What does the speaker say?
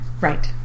Right